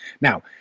Now